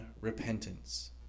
repentance